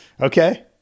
Okay